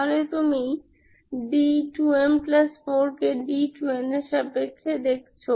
তাহলে তুমি d2m4 কে d2n এর সাপেক্ষে দেখছ